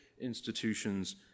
institutions